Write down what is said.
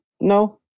No